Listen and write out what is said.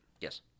Yes